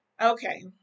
okay